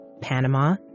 Panama